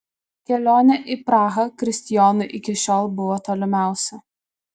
kelionė į prahą kristijonui iki šiol buvo tolimiausia